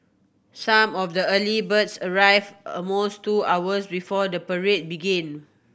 some of the early birds arrived almost two hours before the parade began